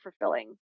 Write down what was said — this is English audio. fulfilling